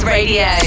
Radio